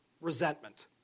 resentment